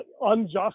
unjust